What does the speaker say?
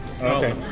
Okay